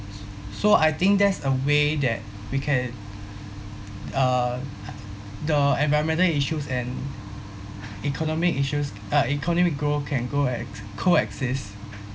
so I think there's a way that we can uh the environmental issues and economic issues uh economic growth can go ex~ co-exist